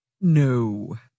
No